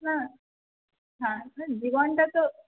হ্যাঁ হ্যাঁ জীবনটা তো